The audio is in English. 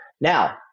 Now